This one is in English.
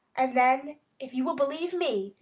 and then, if you will believe me,